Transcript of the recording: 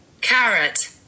Carrot